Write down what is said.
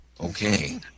Okay